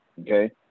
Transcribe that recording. Okay